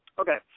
Okay